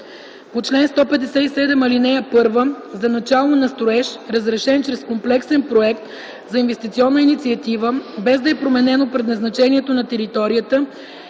по чл. 157, ал. 1 за начало на строеж, разрешен чрез комплексен проект за инвестиционна инициатива, без да е променено предназначението на територия